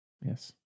Yes